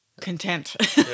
content